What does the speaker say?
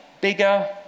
bigger